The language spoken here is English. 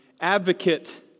advocate